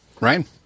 Right